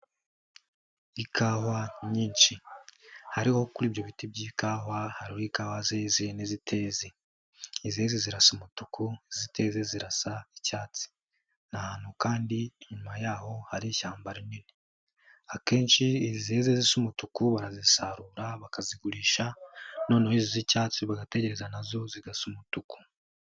Ikawa nyinshi hariho kuri ibyo biti by'ikawa hariho ikawa zeze n'iziteze, izeze zirasa umutuku iziteze zirasa icyatsi. Ni ahantu kandi inyuma yaho hari ishyamba rinini. Akenshi izeze zisa umutuku barazisarura bakazigurisha noneho iz'icyatsi bagategereza na zo zigasa umutuku.